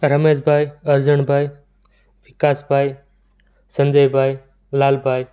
Rameshbhai Arjanbhai Vikasbhai Sanjaybhai Lalbhai